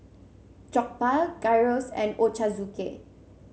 Jokbal Gyros and Ochazuke